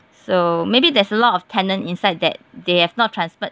so maybe there's a lot of tenant inside that they have not transferred